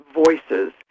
voices